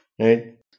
right